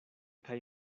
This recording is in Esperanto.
kaj